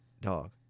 dog